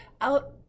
out